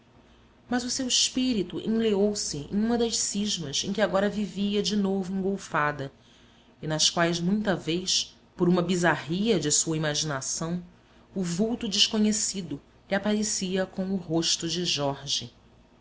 mas o seu espírito enleou se em uma das cismas em que agora vivia de novo engolfada e nas quais muita vez por uma bizarria de sua imaginação o vulto desconhecido lhe aparecia com o rosto de jorge